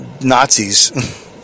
Nazis